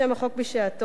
כשם החוק בשעתו,